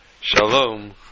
Shalom